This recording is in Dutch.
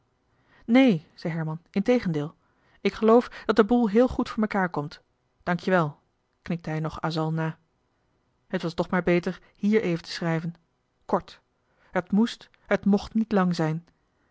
neen zei herman integendeel ik geloof dat de boel heel goed voor mekaar komt dank je wel knikte hij asal nog na het was toch maar beter hier even te schrijven kort het moest het mocht niet lang zijn